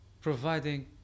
providing